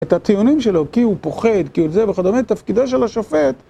את הטיעונים שלו, כי הוא פוחד, כי הוא זה, וכדומה, תפקידו של השופט,